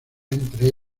entre